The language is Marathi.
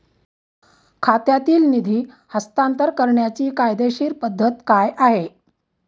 खात्यातील निधी हस्तांतर करण्याची कायदेशीर पद्धत काय आहे?